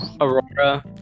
Aurora